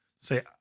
Say